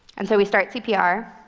and so we start cpr,